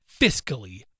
fiscally